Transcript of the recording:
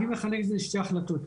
אני מחלט את זה לשתי החלטות,